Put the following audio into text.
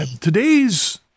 Today's